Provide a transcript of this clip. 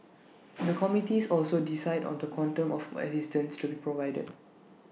the committees also decide on the quantum of assistance to be provided